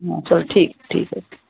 ਹਾਂ ਚਲੋ ਠੀਕ ਠੀਕ ਆ